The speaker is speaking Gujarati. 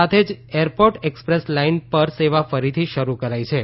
સાથે જ એરપોર્ટ એકસપ્રેસ લાઇન પર સેવા ફરથી શરૂ કરાઇ છે